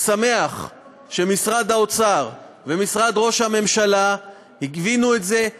שמח שמשרד האוצר ומשרד ראש הממשלה הבינו את זה,